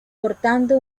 cortando